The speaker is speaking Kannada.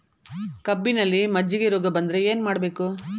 ಕಬ್ಬಿನಲ್ಲಿ ಮಜ್ಜಿಗೆ ರೋಗ ಬಂದರೆ ಏನು ಮಾಡಬೇಕು?